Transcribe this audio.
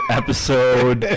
episode